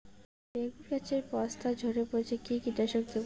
বেগুন গাছের পস্তা ঝরে পড়ছে কি কীটনাশক দেব?